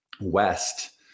west